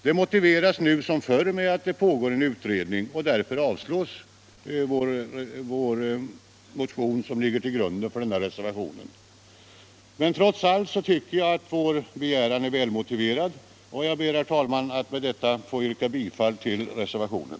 Dess motivering är nu liksom tidigare att det pågår en utredning, varför man föreslår avslag på vår motion, som ligger till grund för reservationen. Men trots allt tycker jag att vår begäran är väl motiverad, och jag ber därför, herr talman, att med detta få yrka bifall till reservationen.